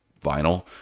vinyl